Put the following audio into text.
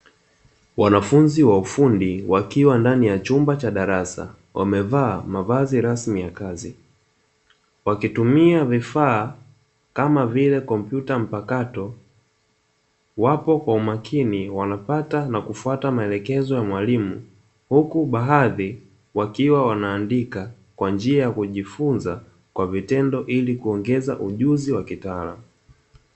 Wanafunzi wa ufundi, wakiwa ndani ya chumba cha darasa, wamevaa mavazi rasmi ya kazi, wakitumia vifaa kama vile kompyuta mpakato , wapo kwa umakini wanapata na kufwata maelekezo ya mwalimu, huku baadhi wakiwa wanandika kwa njia ya kujifunza kwa vitendo , ili kuongeza ujuzi wa utaalamu.